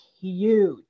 huge